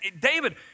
David